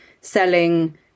selling